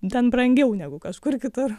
ten brangiau negu kažkur kitur